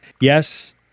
Yes